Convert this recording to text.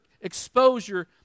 exposure